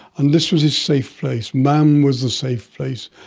and this was his safe place, mam was the safe place,